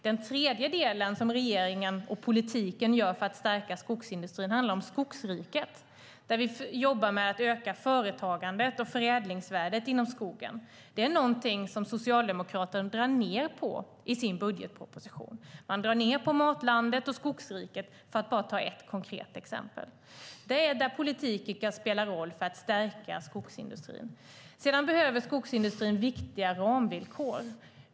Den tredje delen som regeringen och politiken gör för att stärka skogsindustrin handlar om Skogsriket, där vi jobbar med att öka företagandet och förädlingsvärdet inom skogen. Det är någonting som Socialdemokraterna drar ned på i sin budgetmotion. Man drar ned på Matlandet och Skogsriket, för att bara ta ett konkret exempel, där politiken kan spela roll för att stärka skogsindustrin. Sedan behöver skogsindustrin viktiga ramvillkor.